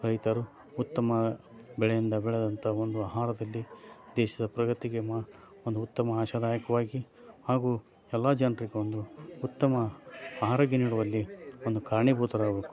ರೈತರು ಉತ್ತಮ ಬೆಳೆಯಿಂದ ಬೆಳೆದಂಥ ಒಂದು ಆಹಾರದಲ್ಲಿ ದೇಶದ ಪ್ರಗತಿಗೆ ಮಾ ಒಂದು ಉತ್ತಮ ಆಶಾದಾಯಕವಾಗಿ ಹಾಗೂ ಎಲ್ಲ ಜನರಿಗೂ ಒಂದು ಉತ್ತಮ ಆರೋಗ್ಯ ನೀಡುವಲ್ಲಿ ಒಂದು ಕಾರಣೀಭೂತರಾಗಬೇಕು